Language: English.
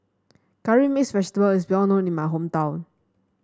Curry Mixed Vegetable is well known in my hometown